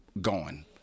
gone